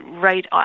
Right